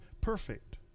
perfect